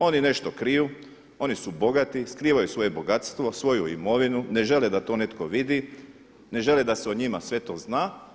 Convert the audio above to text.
Oni nešto kriju, oni su bogati, skrivaju svoje bogatstvo, svoju imovinu, ne žele da to netko vidi, ne žele da se o njima sve to zna.